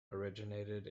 originated